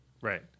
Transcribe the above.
right